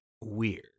weird